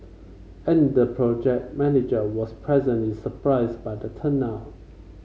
and the project manager was pleasantly surprised by the turnout